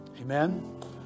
amen